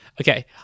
okay